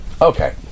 Okay